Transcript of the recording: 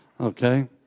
Okay